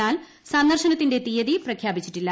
എന്നാൽ സന്ദർശനത്തിന്റെ തീയതി പ്രഖ്യാപിച്ചിട്ടില്ല